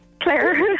Claire